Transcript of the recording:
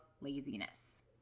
laziness